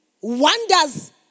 wonders